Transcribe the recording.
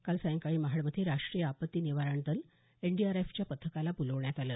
काल सायंकाळी महाडमध्ये राष्ट्रीय आपत्ती निवारण दल एनडीआरएफच्या पथकाला बोलावण्यात आलं